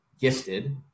gifted